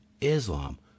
Islam